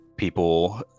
People